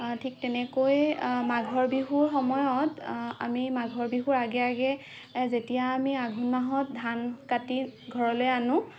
ঠিক তেনেকৈ মাঘৰ বিহুৰ সময়ত আমি মাঘৰ বিহুৰ আগে আগে যেতিয়া আমি আঘোণ মাহত ধান কাটি ঘৰলৈ আনো